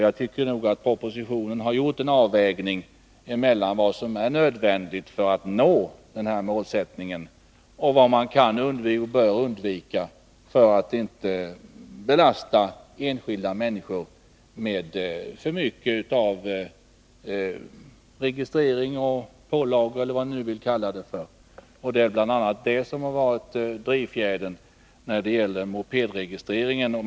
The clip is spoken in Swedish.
Jag tycker nog att propositionen har gjort en avvägning mellan vad som är nödvändigt för att uppnå målsättningen och vad man bör undvika för att inte belasta enskilda människor med för mycket av registrering och pålagor eller vad vi nu vill kalla det för. Det är bl.a. det som har varit drivfjädern när det gäller mopedregistreringen.